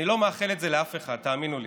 אני לא מאחל את זה לאף אחד, תאמינו לי,